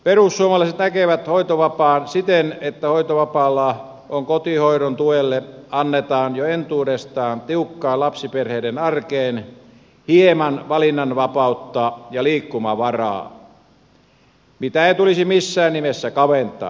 perussuomalaiset näkevät hoitovapaan siten että hoitovapaalla kotihoidon tuelle annetaan jo entuudestaan tiukkaan lapsiperheiden arkeen hieman valinnanvapautta ja liikkumavaraa mitä ei tulisi missään nimessä kaventaa